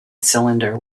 cylinder